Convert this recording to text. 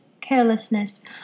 carelessness